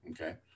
Okay